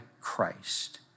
Christ